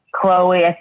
Chloe